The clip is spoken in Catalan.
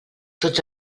tots